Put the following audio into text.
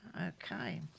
okay